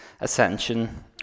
ascension